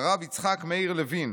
הרב יצחק מאיר לוין,